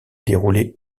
déroulée